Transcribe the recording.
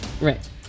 Right